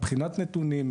מבחינת נתונים,